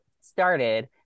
started